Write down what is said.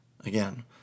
Again